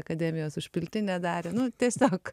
akademijos užpiltinę darė nu tiesiog